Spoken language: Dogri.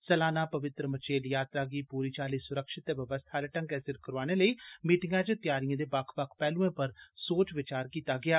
सलाना पवित्र मचेल यात्रा गी पूरी चाल्ली सुरक्षत ते व्यवस्था आले ढ़गै सिर करोआने लेई मीटिंगै च तयारिए दे बक्ख बक्ख पैहलूएं पर सोच विचार कीत्ता गेआ